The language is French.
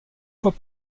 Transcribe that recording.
fois